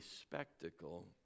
spectacle